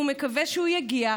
והוא מקווה שהוא יגיע.